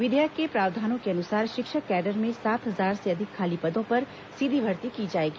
विधेयक के प्रावधानों के अनुसार शिक्षक कैडर में सात हजार से अधिक खाली पदों पर सीधी भर्ती की जाएगी